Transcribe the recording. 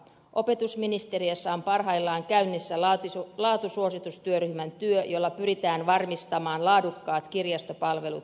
opetusministeriössä on parhaillaan käynnissä laatusuositustyöryhmän työ jolla pyritään varmistamaan laadukkaat kirjastopalvelut jokaiseen kuntaan